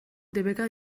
debeka